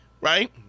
right